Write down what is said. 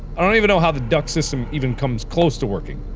i don't even know how the duct system even comes close to working.